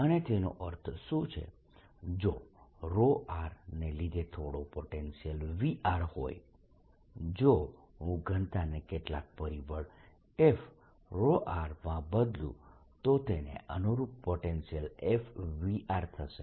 અને તેનો અર્થ શું છે જો ને લીધે થોડો પોટેન્શિયલ V હોય જો હું ઘનતાને કેટલાક પરિબળ f માં બદલુ તો તેને અનુરૂપ પોટેન્શિયલ f V થશે